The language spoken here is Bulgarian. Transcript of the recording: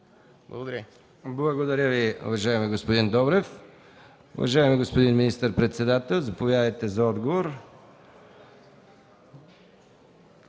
Благодаря Ви, уважаеми господин Добрев. Уважаеми господин министър-председател, заповядайте за отговор.